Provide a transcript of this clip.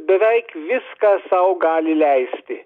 beveik viską sau gali leisti